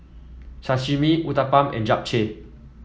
Sashimi Uthapam and Japchae